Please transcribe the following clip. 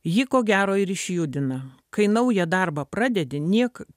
ji ko gero ir išjudina kai naują darbą pradedi niek